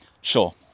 Sure